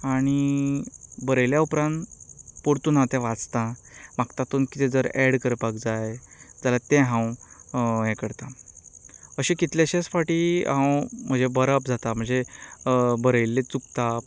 आनी बरयल्या उपरांत परतून हांव तें वाचतां म्हाका तातूंत कितें तर ऍड करपाक जाय जाल्यार तें हांव हें करतां अशे कितलेशेच फावटी हांव म्हजें बरप जाता म्हजें बरयिल्लें चुकता